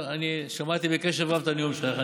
שמעתי בקשב רב את הנאום שלך.